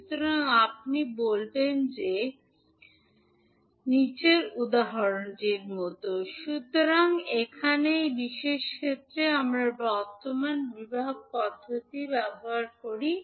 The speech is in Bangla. সুতরাং আপনি বলবেন যে সুতরাং এখানে এই বিশেষ ক্ষেত্রে আমরা বর্তমান বিভাগ পদ্ধতি ব্যবহার করি